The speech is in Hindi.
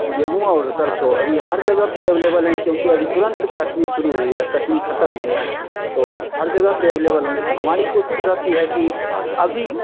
गेहूँ और सरसों अभी हर जगह पर अवेलेबल हैं क्योंकि अभी तुरंत कटनी शुरू हुई है कटनी ख़त्म हुई है तो हर जगह पर अवेलेबल होंगे तो हमारी कोशिश रहती है कि अभी